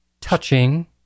touching